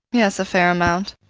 yes, a fair amount.